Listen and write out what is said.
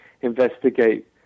investigate